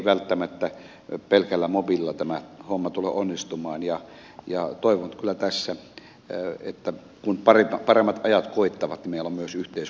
välttämättä pelkällä mobiililla ei tämä homma tule onnistumaan ja toivon nyt kyllä tässä että kun paremmat ajat koittavat meillä on myös yhteiskunnalta mahdollisuus tähän rahaa antaa